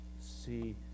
see